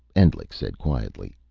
endlich said quietly.